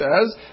says